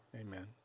Amen